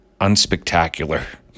unspectacular